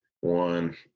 one